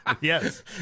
Yes